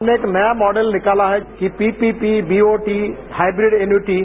हमने एक नया मॉडल निकाला है कि पीपीपी वीओटी हाइब्रिड इनविटी